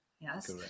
Yes